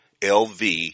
lv